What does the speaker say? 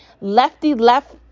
lefty-left